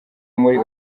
muri